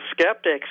skeptics